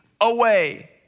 away